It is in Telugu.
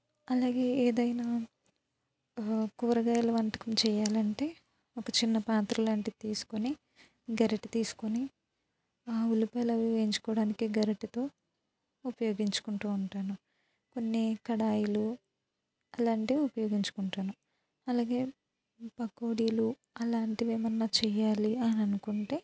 అలాగే ఏదైనా కూరగాయల వంటకం చేయాలంటే ఒక చిన్న పాత్ర లాంటిది తీసుకొని గరిట తీసుకొని ఆ ఉల్లిపాయలు అవి వేయించుకోవడానికి గరిటతో ఉపయోగించుకుంటూ ఉంటాను కొన్ని కడాయిలు అలాంటివి ఉపయోగించుకుంటాను అలాగే పకోడీలు అలాంటివి ఏమన్నా చెయ్యాలి అని అననుకుంటే